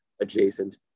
adjacent